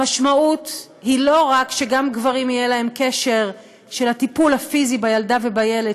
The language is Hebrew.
המשמעות היא לא רק שגם לגברים יהיה קשר של טיפול פיזי בילדה ובילד,